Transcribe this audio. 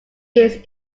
years